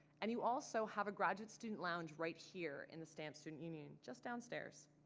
and you also have a graduate student lounge right here in the stamp student union just downstairs.